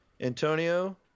Antonio